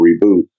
reboot